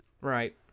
Right